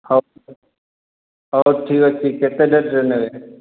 ହେଉ ହେଉ ଠିକ୍ ଅଛି କେତେ ଡେଟ୍ରେ ନେବେ